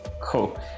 Cool